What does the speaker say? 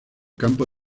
campo